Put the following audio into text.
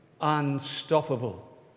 unstoppable